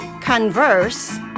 converse